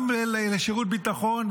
גם לשירות ביטחון,